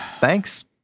thanks